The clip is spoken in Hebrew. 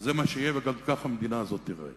זה מה שיהיה, וגם ככה המדינה הזאת תיראה